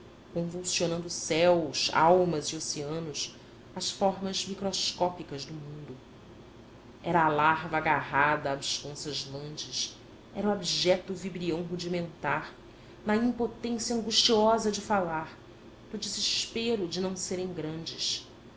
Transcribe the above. humanos convulsionando céus almas e oceanos as formas microscópicas do mundo era a larva agarrada a absconsas landes era o abjeto vibrião rudimentar na impotência angustiosa de falar no desespero de não serem grandes